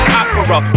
opera